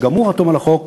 שגם הוא חתום על החוק,